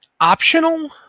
optional